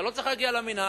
אתה לא צריך להגיע למינהל.